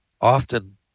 often